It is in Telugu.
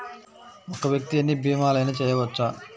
ఒక్క వ్యక్తి ఎన్ని భీమలయినా చేయవచ్చా?